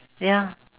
ya